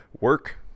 Work